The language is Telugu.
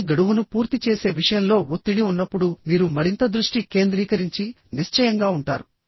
కానీ గడువును పూర్తి చేసే విషయంలో ఒత్తిడి ఉన్నప్పుడు మీరు మరింత దృష్టి కేంద్రీకరించి నిశ్చయంగా ఉంటారు